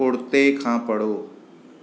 पुरिते खां पढ़ो